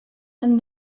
and